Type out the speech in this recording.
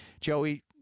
Joey